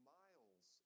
miles